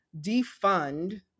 defund